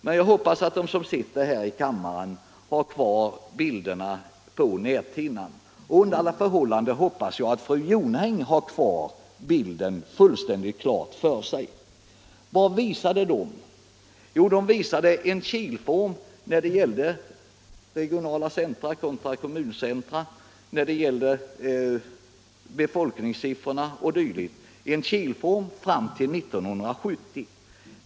Men jag hoppas att de som sitter i kammaren har kvar bilderna på näthinnan, och under alla förhållanden hoppas jag att fru Jonäng har bilden fullständigt klar för sig. Vad visade då fru Jonängs bilder? De visade en kilform när det gäller regionala centra kontra kommuncentra i fråga om befolkningssiffror o. d. fram till 1970.